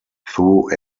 through